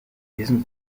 diesem